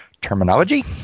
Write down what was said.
terminology